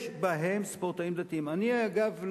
אגב,